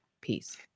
Peace